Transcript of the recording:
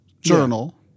journal